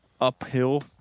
uphill